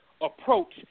approach